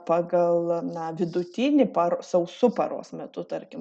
pagal na vidutinį par sausu paros metu tarkim